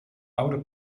oude